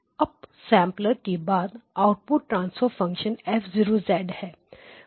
up sampler के बाद output transfer function F0 है